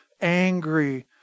angry